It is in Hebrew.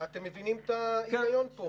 אתם מבינים את ההיגיון פה?